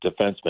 defensemen